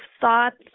thoughts